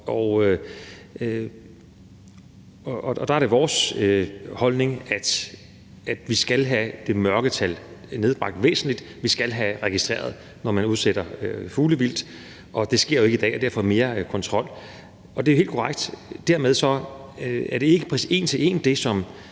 Og der er det vores holdning, at vi skal have det mørketal nedbragt væsentligt. Vi skal have registreret, når man udsætter fuglevildt. Det sker jo ikke i dag, og derfor skal der være mere kontrol. Det er helt korrekt, at det dermed ikke en til en er det, som